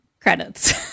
Credits